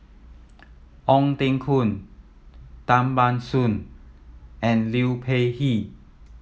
Ong Teng Koon Tan Ban Soon and Liu Peihe